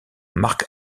mark